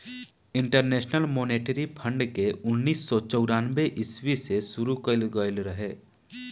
international monetary fund के उन्नीस सौ चौरानवे ईस्वी में शुरू कईल गईल रहे